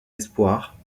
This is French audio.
espoirs